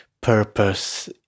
Purpose